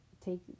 take